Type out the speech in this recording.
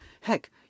Heck